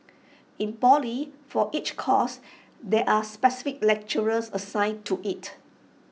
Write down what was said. in poly for each course there are specific lecturers assigned to IT